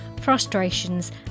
frustrations